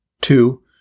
Two